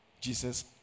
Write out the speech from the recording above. Jesus